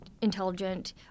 intelligent